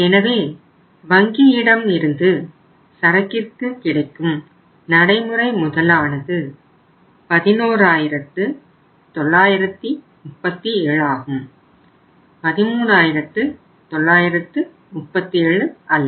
எனவே வங்கியிடமிருந்து சரக்கிற்கு கிடைக்கும் நடைமுறை முதலானது 11937 ஆகும் 13937 அல்ல